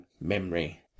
memory